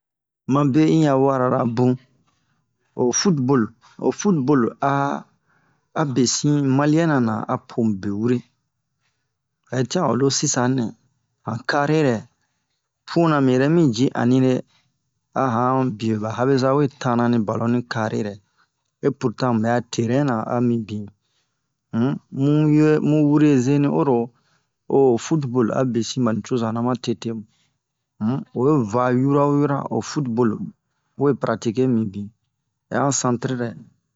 mabe'i ya warabun o football o football a abesin malien nana apo mube wure yɛtian olo sisanɛ han carrè rɛ puna me yɛrɛ miji anire ahan bieba habeza we tanani ballon ni carré rɛ et pourtant mubɛ'a terrain na amibin um mu we muwere zeni oro oho football abesin bani cozana ma tetemu um owe va yoro wo yoro oho football we pratiquer mibin ɛ han centre rɛ